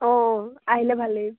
অঁ আহিলে ভালেই